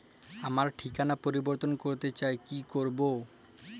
আমার ঠিকানা পরিবর্তন করতে চাই কী করব?